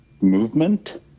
movement